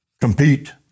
compete